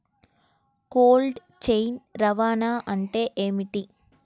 Cold chain రవాణా అంటే ఏమిటీ?